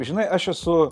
žinai aš esu